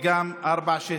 וגם ארבע של,